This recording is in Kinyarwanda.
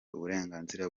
uburenganzira